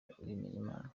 bimenyimana